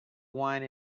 wine